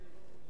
לא לפתע.